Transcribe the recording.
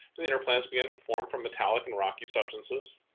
the inner planets began to form from metallic and rocky substances.